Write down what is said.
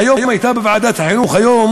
בוועדת החינוך היום